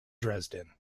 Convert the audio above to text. dresden